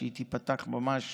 שתיפתח ממש